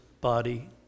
body